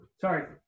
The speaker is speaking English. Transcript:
Sorry